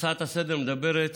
ההצעה לסדר-היום מדברת